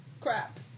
Crap